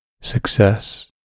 Success